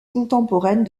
contemporaine